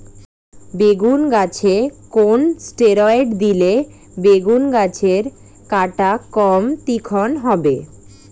বেগুন গাছে কোন ষ্টেরয়েড দিলে বেগু গাছের কাঁটা কম তীক্ষ্ন হবে?